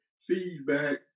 feedback